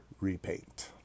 repaint